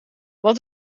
wat